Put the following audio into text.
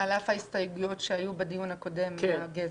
על אף ההסתייגויות שהיו בדיון הקודם, לגבי הגזע?